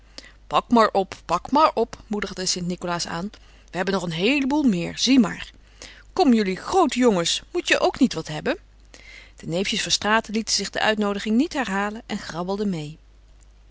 pak maar op pak maar op moedigde st nicolaas aan we hebben nog een heele boel meer zie maar kom jullie groote jongens moet je ook niet wat hebben de neefjes verstraeten lieten zich de uitnoodiging niet herhalen en grabbelden meê